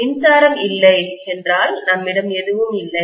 மின்சாரம் இல்லை என்றால் நம்மிடம் எதுவும் இல்லை